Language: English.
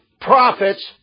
profits